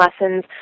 lessons